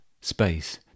space